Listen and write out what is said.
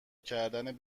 کردن